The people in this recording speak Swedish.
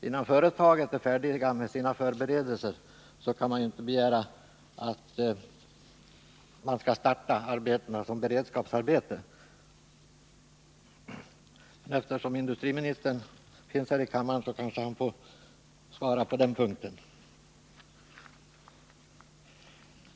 Innan företaget är färdigt med sina förberedelser, kan man inte begära att arbeten skall startas såsom beredskapsarbeten. Eftersom industriministern finns här i kammaren, kanske han kan svara på den punkten.